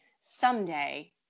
someday